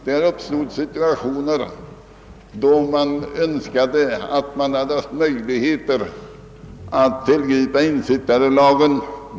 Det uppstod situationer då det hade varit önskvärt att tillämpa ensittarlagen.